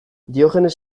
diogenes